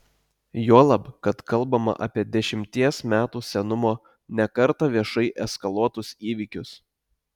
juolab kad kalbama apie dešimties metų senumo ne kartą viešai eskaluotus įvykius